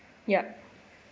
ya